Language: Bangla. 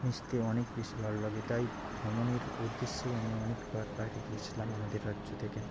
মিশতে অনেক বেশি ভালো লাগে তাই ভ্রমণের উদ্দেশ্যেই আমি অনেকবার বাইরে গিয়েছিলাম আমাদের রাজ্য থেকে